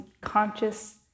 conscious